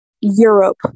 Europe